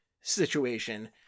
situation